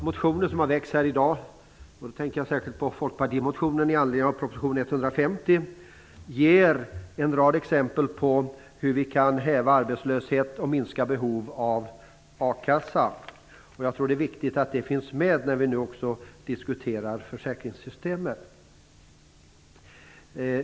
Det har i dag väckts motioner här - jag tänker särskilt på folkpartimotionen med anledning av proposition nr 150 - som ger en rad exempel på hur vi kan häva arbetslöshet och minska behov av a-kassa. Jag tror att det är viktigt att detta finns med när vi nu diskuterar försäkringssystemet.